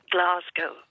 Glasgow